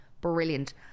brilliant